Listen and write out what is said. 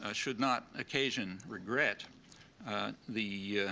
ah should not occasion regret the